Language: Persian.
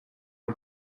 برو